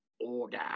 order